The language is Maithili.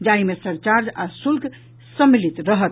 जाहि मे सरचार्च आ शुल्क सम्मिलित रहत